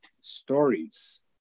stories